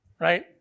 right